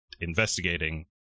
investigating